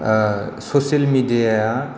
social मिडियाआ